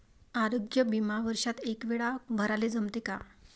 आरोग्य बिमा वर्षात एकवेळा भराले जमते का?